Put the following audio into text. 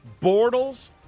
Bortles